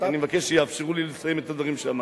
אני מבקש שיאפשרו לי לסיים את הדברים שאמרתי.